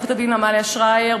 עורכת-הדין עמליה שרייר,